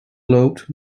loopt